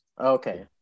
Okay